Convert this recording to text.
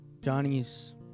Johnny's